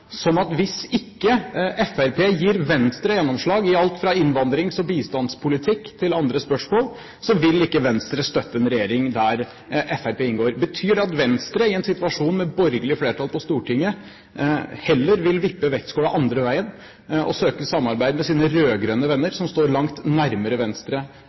slik at hvis ikke Fremskrittspartiet gir Venstre gjennomslag i alt fra spørsmål om innvandrings- og bistandspolitikk til andre spørsmål, vil ikke Venstre støtte en regjering der Fremskrittspartiet inngår. Betyr det at Venstre, i en situasjon med borgerlig flertall på Stortinget, heller vil vippe vektskålen den andre veien og søke samarbeid med sine rød-grønne venner som står langt nærmere Venstre